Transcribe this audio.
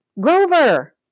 Grover